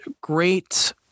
great